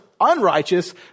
unrighteous